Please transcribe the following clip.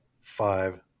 five